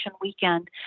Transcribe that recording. weekend